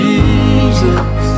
Jesus